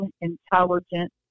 intelligent